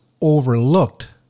overlooked